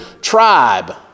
tribe